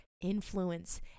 influence